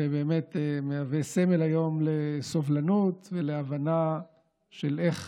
ובאמת מהווה סמל היום לסובלנות ולהבנה של איך